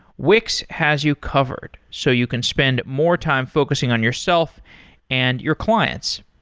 wix has you covered, so you can spend more time focusing on yourself and your clients.